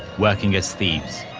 working as thieves.